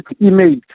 email